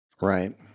Right